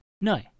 No